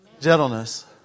gentleness